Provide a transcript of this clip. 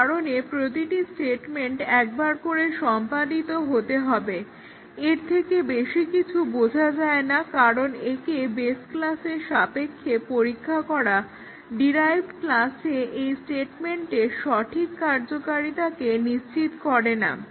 সেকারণে প্রতিটি স্টেটমেন্ট একবার করে সম্পাদিত হতে হবে এর থেকে বেশি কিছু বোঝা যায় না কারণ একে বেস ক্লাসের সাপেক্ষে পরীক্ষা করা ডিরাইভড ক্লাসে এই স্টেটমেন্টের সঠিক কার্যকারীতাকে নিশ্চিত করে না